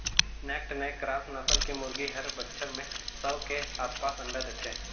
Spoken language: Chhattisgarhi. नैक्ड नैक क्रॉस नसल के मुरगी हर बच्छर में सौ के आसपास अंडा देथे